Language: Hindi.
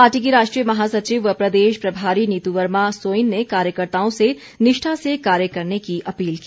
पार्टी की राष्ट्रीय महासचिव व प्रदेश प्रभारी नीतू वर्मा सोईन ने कार्यकर्ताओं से निष्ठा से कार्य करने की अपील की